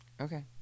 okay